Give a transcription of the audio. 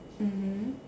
mmhmm